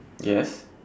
yes